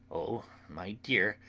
oh, my dear,